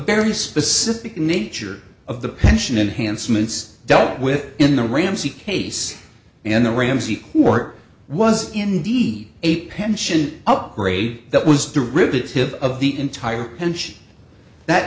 very specific nature of the pension enhanced minutes dealt with in the ramsey case in the ramsey court was indeed a pension upgrade that was the riveted of the entire pension that